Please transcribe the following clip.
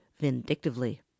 vindictively